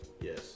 yes